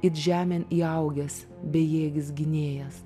it žemėn įaugęs bejėgis gynėjas